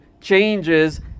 changes